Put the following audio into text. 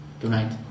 tonight